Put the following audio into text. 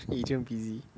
agent busy